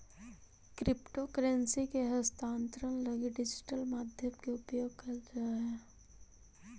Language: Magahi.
क्रिप्टो करेंसी के हस्तांतरण लगी डिजिटल माध्यम के उपयोग कैल जा हइ